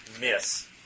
miss